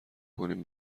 کنیم